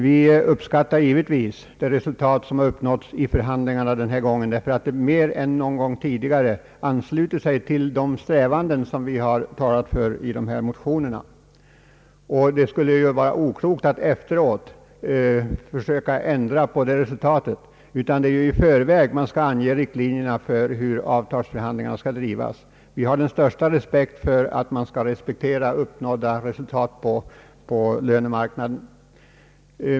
Vi uppskattar givetvis det resultat som har uppnåtts i förhandlingarna i år, eftersom det mer än någon gång tidigare ansluter sig till de strävanden som har kommit till uttryck i våra mo tioner, Det skulle vara oklokt att efteråt försöka ändra det resultatet. Det är ju i förväg man skall ange riktlinjerna för hur avtalsförhandlingarna skall drivas. Vi hyser den största förståelse för att man skall respektera uppnådda resultat på lönemarknaden.